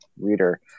reader